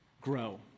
grow